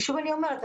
שוב אני אומרת,